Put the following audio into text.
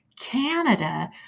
Canada